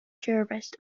jurist